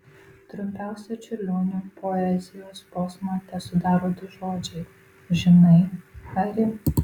trumpiausią čiurlionio poezijos posmą tesudaro du žodžiai žinai ari